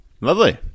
lovely